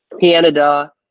Canada